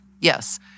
Yes